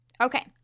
Okay